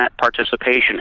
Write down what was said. participation